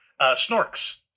Snorks